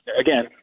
again